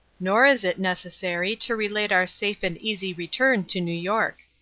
nor is it necessary to relate our safe and easy return to new york.